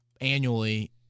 annually